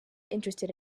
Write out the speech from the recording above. interested